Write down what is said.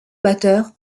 batteur